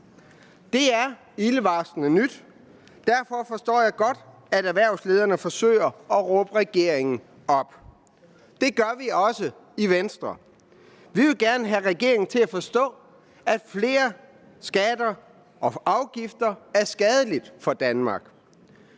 Det er ildevarslende nyt. Derfor forstår jeg godt, at erhvervslederne forsøger at råbe regeringen op. Det gør vi også i Venstre. Vi vil gerne have regeringen til at forstå, at flere skatter og afgifter er skadelige for Danmark,